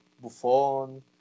Buffon